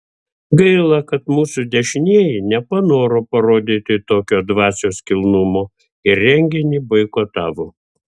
gaila kad mūsų dešinieji nepanoro parodyti tokio dvasios kilnumo ir renginį boikotavo